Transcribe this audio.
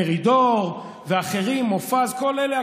מרידור ואחרים, מופז, כל אלה.